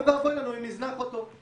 או ואבוי אם נזנח אותו.